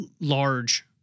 large